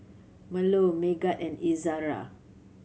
Melur Megat and Izara